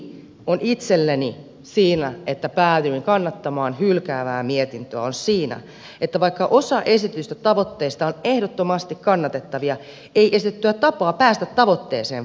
ydin itselleni siinä että päädyin kannattamaan hylkäävää mietintöä on se että vaikka osa esitetyistä tavoitteista on ehdottomasti kannatettavia ei esitettyä tapaa päästä tavoitteeseen voi kannattaa